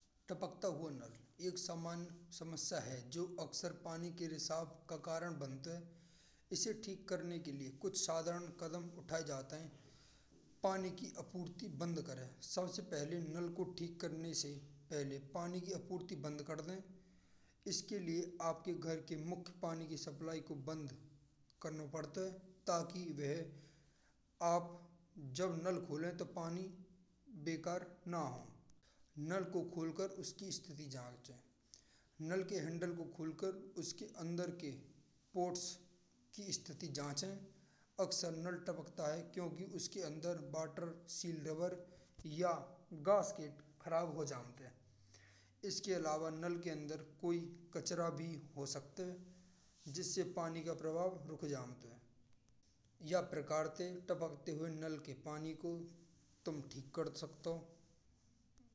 टपकता हुआ नल एक समान समस्या है। जो अकसर पानी के रिसाव का कारण बनता है इसे ठीक करने के लिए कुछ साधारण कदम उठाए जाते हैं। पानी की आपूर्ति बंद करें। सबसे पहले नल को ठीक करने से पहले पानी की आपूर्ति बंद करें। इसके लिए आपके घर के मुखिया पानी की सप्लाई को बंद कराना पड़ेगा ताकि वहां। आप जब नल खोलें तो पानी बेकार ना हो। नल को खोल कर उसकी स्थिति जाँच नल के हींडल को खोल कर उसके अंदर के पॉट्स की स्थिति जाँच लें। अकसर नल टपकता है क्योंकि उसके अंदर का पानी सियालदह या टोकरी खराब हो जाती है। इसके अलावा नल के अंदर कोई कचरा भी हो सकते हैं। जिससे पानी का प्रभाव रुक जाता है। यह प्रकार से टपकते हुए नल के पानी को तुम ठीक कर सकते हो।